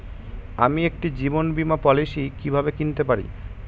আমি একটি জীবন বীমা পলিসি কিভাবে কিনতে পারি?